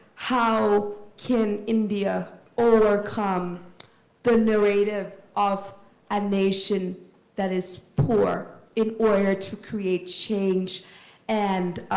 how can india overcome the narrative of a nation that is poor in order to create change and